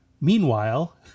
meanwhile